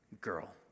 girl